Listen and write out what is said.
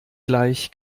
gleich